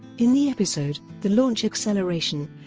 in the episode the launch acceleration,